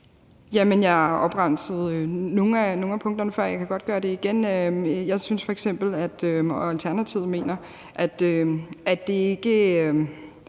Jeg opremsede nogle af punkterne før, og jeg kan godt gøre det igen. Jeg og Alternativet mener f.eks.,